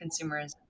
consumerism